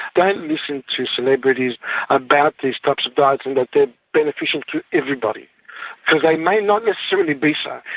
don't listen to celebrities about these types of diets and that they are beneficial to everybody because they may not necessarily be so.